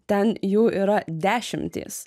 ten jų yra dešimtys